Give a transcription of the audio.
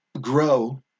grow